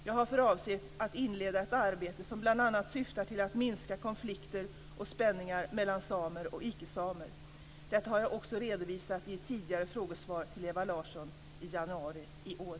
Jag har för avsikt att inleda ett arbete som bl.a. syftar till att minska konflikter och spänningar mellan samer och icke samer. Detta har jag också redovisat i ett tidigare frågesvar till Ewa Larsson i januari i år.